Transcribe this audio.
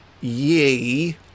Ye